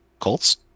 Colts